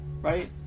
right